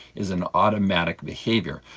is an automatic behaviour,